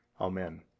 Amen